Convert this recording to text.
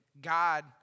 God